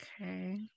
Okay